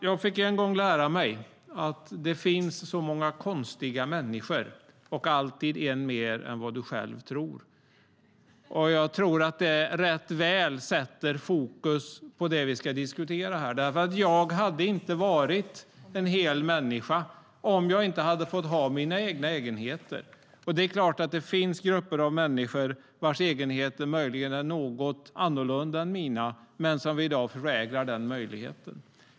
Jag fick en gång lära mig att det finns så många konstiga människor och alltid en mer än vad du själv tror. Jag tror att det rätt väl sätter fokus på det vi ska diskutera här, för jag hade inte varit en hel människa om jag inte hade fått ha mina egna egenheter. Och det är klart att det finns grupper av människor vars egenheter möjligen är något annorlunda än mina men som vi i dag förvägrar den möjligheten.